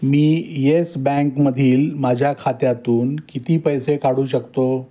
मी Yes बँकमधील माझ्या खात्यातून किती पैसे काढू शकतो